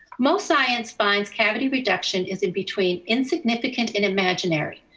most science finds cavity reduction is in between insignificant and imaginary,